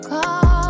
Call